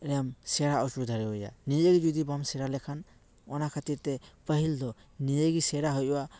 ᱮᱢ ᱥᱮᱲᱟ ᱚᱪᱚ ᱫᱟᱲᱮᱭᱟᱭᱟ ᱱᱤᱡᱮ ᱜᱮ ᱡᱩᱫᱤ ᱵᱟᱢ ᱥᱮᱲᱟ ᱞᱮᱠᱷᱟᱱ ᱚᱱᱟ ᱠᱷᱟᱹᱛᱤᱨ ᱛᱮ ᱯᱟᱹᱦᱤᱞ ᱫᱚ ᱱᱤᱡᱮ ᱜᱮ ᱥᱮᱲᱟ ᱦᱩᱭᱩᱜᱼᱟ